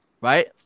Right